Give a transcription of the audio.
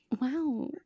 Wow